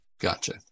Gotcha